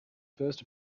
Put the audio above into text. first